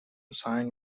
sign